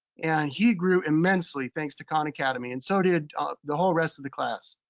and he grew immensely, thanks to khan academy. and so did the whole rest of the class.